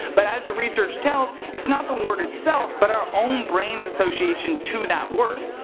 but as the research tells its not the word itself, but our own brains association to that word.